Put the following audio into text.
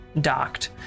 docked